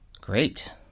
Great